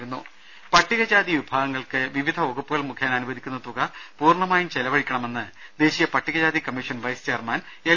്് പട്ടികജാതി വിഭാഗങ്ങൾക്ക് വിവിധ വകുപ്പുകൾ മുഖേന അനു വദിക്കുന്ന തുക പൂർണമായും ചെലവഴിക്കണമെന്ന് ദേശീയ പട്ടികജാതി കമ്മീഷൻ വൈസ് ചെയർമാൻ എൽ